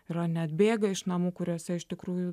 yra net bėga iš namų kuriuose iš tikrųjų